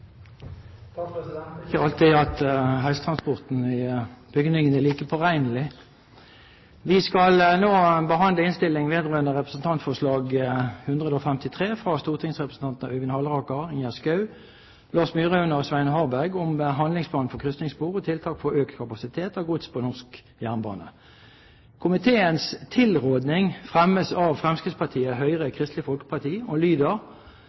i bygningene er like påregnelig. Vi skal nå behandle innstilling vedrørende Representantforslag 8:153 S for 2009–2010, fra stortingsrepresentantene Øyvind Halleraker, Ingjerd Schou, Lars Myraune og Svein Harberg om handlingsplan for krysningsspor og tiltak for økt kapasitet av gods på norsk jernbane. Komiteens tilråding fremmes av Fremskrittspartiet, Høyre og Kristelig Folkeparti og lyder: